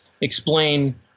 explain